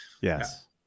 yes